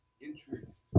interest